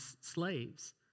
slaves